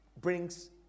brings